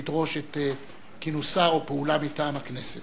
ידרוש את כינוסה של הכנסת או פעולה מטעם הכנסת.